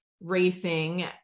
racing